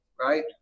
right